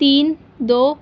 تین دو